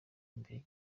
imbere